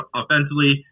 offensively